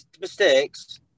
mistakes